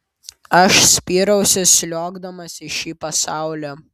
aš spyriausi sliuogdamas į šį pasaulį